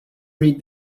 read